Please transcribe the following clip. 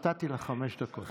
נתתי לך חמש דקות.